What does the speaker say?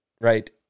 right